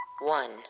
one